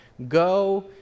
Go